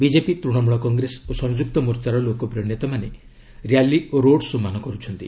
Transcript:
BJP Trinamool Congress ଓ ସଂଯୁକ୍ତମୋର୍ଚ୍ଚାର ଲୋକପ୍ରିୟ ନେତାମାନେ ର୍ୟାଲି ଓ ରୋଡ୍ଶୋମାନ କରୁଛନ୍ତି